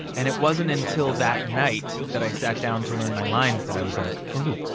and it wasn't until that night that i sat down to learn my lines that i was like oh oh,